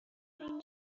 این